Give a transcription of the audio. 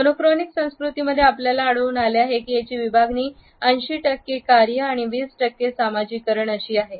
monochronic संस्कृतीत आपल्याला आढळून आले की याची विभागणी 80 टक्के कार्य आणि 20 टक्के सामाजीकरण अशी आहे